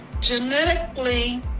Genetically